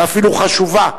ואפילו חשובה,